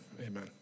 amen